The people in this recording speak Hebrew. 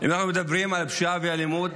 אם אנחנו מדברים על פשיעה ואלימות,